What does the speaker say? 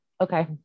okay